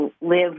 live